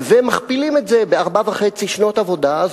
ומכפילים את זה בארבע שנים וחצי של עבודה,